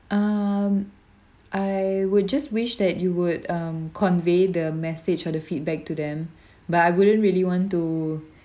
um I would just wish that you would um convey the message or the feedback to them but I wouldn't really want to